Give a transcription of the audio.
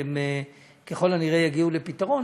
והם ככל הנראה יגיעו לפתרון.